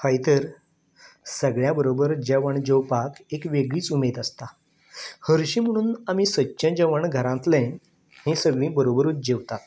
हय तर सगळ्यां बरोबर जेवण जेवपाक एक वेगळीच उमेद आसता हरशीं म्हणून आमी सदचें जेवण घरांतलें ही सगळीं बरोबरूच जेवतात